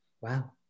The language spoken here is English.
Wow